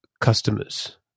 customers